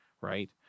right